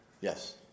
Yes